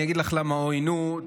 אני אגיד לך למה "אוי נו",